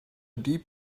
deep